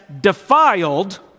defiled